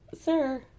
Sir